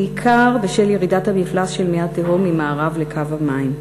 בעיקר בשל ירידת המפלס של מי התהום ממערב לקו המים.